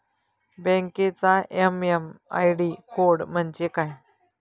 बँकेचा MM ID code म्हणजे काय?